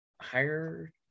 higher